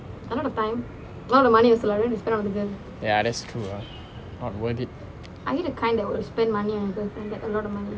ya that's true ah where did